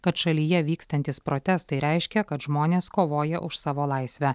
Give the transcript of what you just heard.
kad šalyje vykstantys protestai reiškia kad žmonės kovoja už savo laisvę